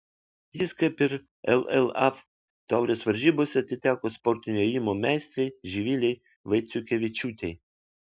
jis kaip ir llaf taurės varžybose atiteko sportinio ėjimo meistrei živilei vaiciukevičiūtei